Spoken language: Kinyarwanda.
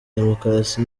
demokarasi